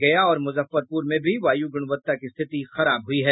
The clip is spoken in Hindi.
गया और मूजफ्फरपूर में भी वायू गूणवत्ता की स्थिति खराब हुई है